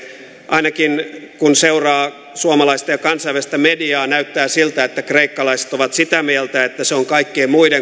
ainakin kun seuraa suomalaista ja kansainvälistä mediaa näyttää siltä että kreikkalaiset ovat sitä mieltä että se on kaikkien muiden